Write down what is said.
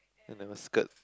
and a skirt